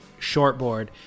shortboard